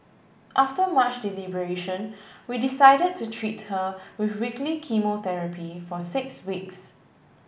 after much deliberation we decided to treat her with weekly chemotherapy for six weeks